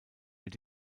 wird